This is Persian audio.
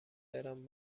برم